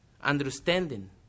understanding